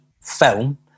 film